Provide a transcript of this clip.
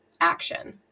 action